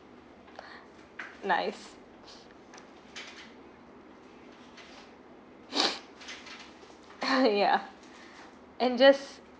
nice ah ya and just